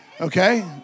Okay